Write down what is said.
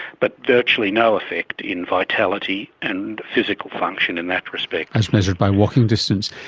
but virtually no effect in vitality and physical function in that respect. as measured by walking distance.